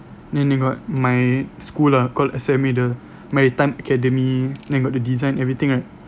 then you got my school lah called S_M_A the maritime academy then got the design everything right